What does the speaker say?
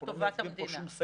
של טובת המדינה.